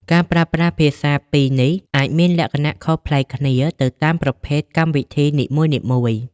ការប្រើប្រាស់ភាសាពីរនេះ អាចមានលក្ខណៈខុសប្លែកគ្នាទៅតាមប្រភេទកម្មវិធីនីមួយៗ។